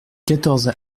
quatorze